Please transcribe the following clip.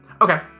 Okay